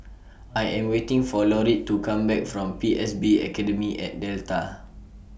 I Am waiting For Laurette to Come Back from P S B Academy At Delta